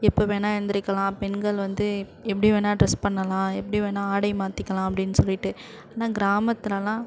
எப்போ வேணால் எழுந்திரிக்கலாம் பெண்கள் வந்து எப் எப்படி வேணால் ட்ரெஸ் பண்ணலாம் எப்படி வேணால் ஆடை மாற்றிக்கலாம் அப்படின்னு சொல்லிவிட்டு ஆனால் கிராமத்திலலாம்